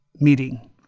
meeting